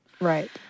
Right